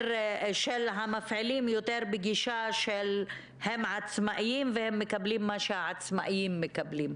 המפעילים יותר בגישה של הם עצמאיים והם מקבלים מה שהעצמאיים מקבלים,